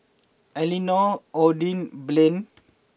Elenora Odie Blaine